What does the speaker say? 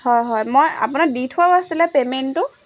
হয় হয় মই আপোনাক দি থোৱাও আছিলে পে'মেণ্টটো